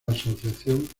asociación